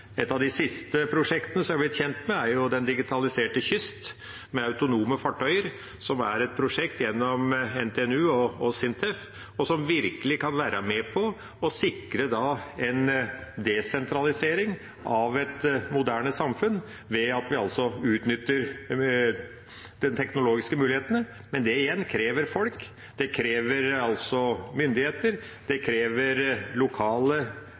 Et av de siste prosjektene som vi har blitt kjent med, er Den digitaliserte kysten, med autonome fartøyer, som er et prosjekt gjennom NTNU og SINTEF, og som virkelig kan være med på å sikre en desentralisering av et moderne samfunn ved at vi utnytter de teknologiske mulighetene. Men det igjen krever folk, det krever myndigheter, det krever lokale